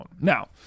Now